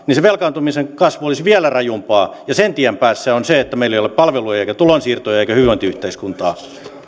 niin se velkaantumisen kasvu olisi vielä rajumpaa ja sen tien päässä on se että meillä ei ole palveluja eikä tulonsiirtoja eikä hyvinvointiyhteiskuntaa